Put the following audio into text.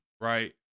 right